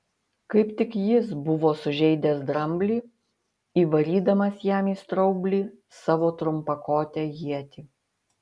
kaip tik jis buvo sužeidęs dramblį įvarydamas jam į straublį savo trumpakotę ietį